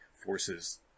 forces